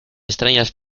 extrañas